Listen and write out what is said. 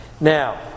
Now